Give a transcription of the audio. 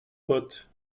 pote